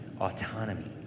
autonomy